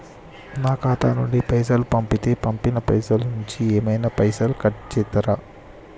నా ఖాతా నుండి పైసలు పంపుతే పంపిన పైసల నుంచి ఏమైనా పైసలు కట్ చేత్తరా?